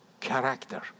character